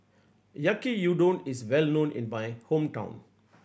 Yaki Udon is well known in my hometown